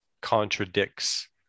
contradicts